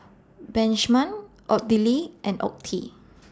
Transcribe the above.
Benjman Odile and Ottie